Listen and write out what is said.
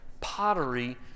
pottery